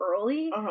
early